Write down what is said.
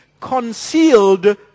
concealed